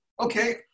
okay